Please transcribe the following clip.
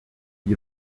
die